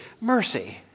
mercy